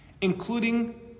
including